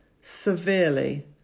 severely